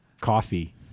coffee